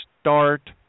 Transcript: start